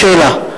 בשאלה,